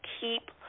keep